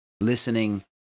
listening